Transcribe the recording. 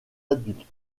adultes